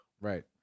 Right